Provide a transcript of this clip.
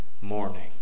morning